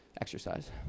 exercise